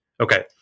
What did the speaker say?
Okay